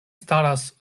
staras